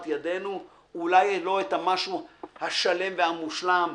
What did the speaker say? ידינו אולי לא את המשהו השלם והמושלם,